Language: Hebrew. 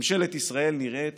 ממשלת ישראל נראית